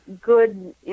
good